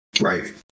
right